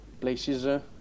places